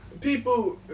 People